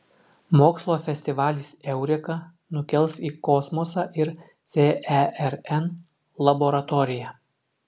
mokslo festivalis eureka nukels į kosmosą ir cern laboratoriją